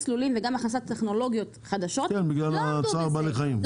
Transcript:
לולים וגם הכנסת טכנולוגיות חדשות לא עמדו בזה.